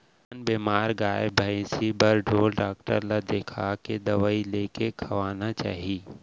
अइसन बेमार गाय भइंसी बर ढोर डॉक्टर ल देखाके दवई लेके खवाना चाही